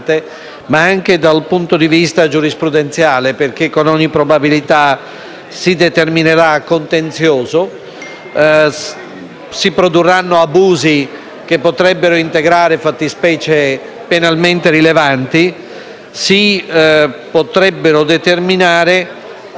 si produrranno abusi che potrebbero integrare fattispecie penalmente rilevanti, si potrebbero determinare anche azioni di responsabilità civile nei confronti dei medici.